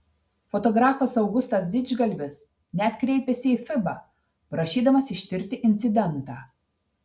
fotografas augustas didžgalvis net kreipėsi į fiba prašydamas ištirti incidentą